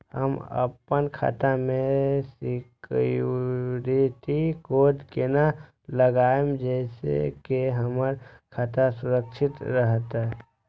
हम अपन खाता में सिक्युरिटी कोड केना लगाव जैसे के हमर खाता सुरक्षित रहैत?